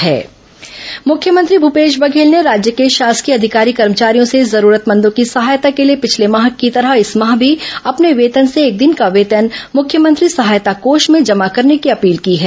corona मुख्यमंत्री अपील मुख्यमंत्री भूपेश बघेल ने राज्य के शासकीय अधिकारी कर्मचारियों से जरूरतमंदों की सहायता के लिए पिछले माह की तरह इस माह भी अपने वेतन से एक दिन का वेतन मुख्यमंत्री सहायता कोष में जमा करने की अपील की है